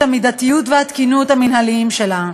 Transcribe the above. המידתיות והתקינות המינהליות שלה,